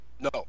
No